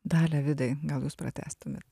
dalia vidai gal jūs pratęstumėt